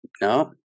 no